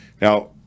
now